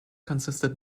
consisted